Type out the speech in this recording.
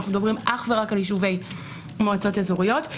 אנחנו מדברים אך ורק על יישובי מועצות אזוריות.